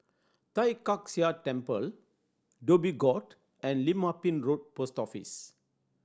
Tai Kak Seah Temple Dhoby Ghaut and Lim Ah Pin Road Post Office